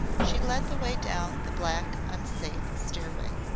she led the way down the black, unsafe stairway.